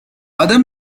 other